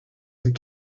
that